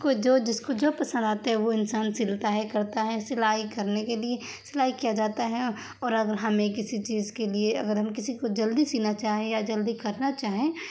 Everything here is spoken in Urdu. تو جو جس کو جو پسند آتے وہ انسان سلتا ہے کرتا ہے سلائی کرنے کے لیے سلائی کیا جاتا ہے اور اگر ہمیں کسی چیز کے لیے اگر ہم کسی کو جلدی سینا چاہیں یا جلدی کرنا چاہیں